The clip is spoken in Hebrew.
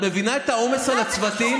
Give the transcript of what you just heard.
את מבינה את העומס על הצוותים?